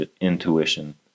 intuition